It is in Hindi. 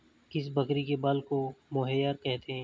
किस बकरी के बाल को मोहेयर कहते हैं?